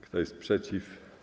Kto jest przeciw?